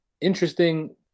interesting